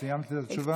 את סיימת את התשובה?